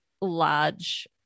large